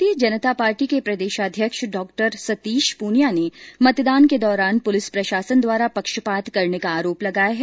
भारतीय जनता पार्टी के प्रदेशाध्यक्ष डॉ सतीश पूनिया ने मतदान के दौरान पूलिस प्रशासन द्वारा पक्षपात करने का आरोप लगाया है